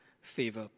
favor